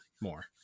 more